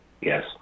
Yes